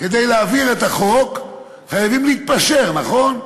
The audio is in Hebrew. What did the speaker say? כדי להעביר את החוק חייבים להתפשר, נכון?